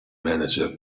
manager